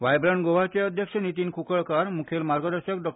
वायब्रंट गोवाचे अध्यक्ष नितीन कूंकळकार मुखेल मार्गदर्शन डॉ